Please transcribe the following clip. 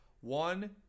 one